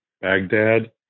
Baghdad